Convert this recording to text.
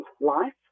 life